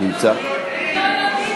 רוזין, מרב מיכאלי,